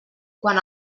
quan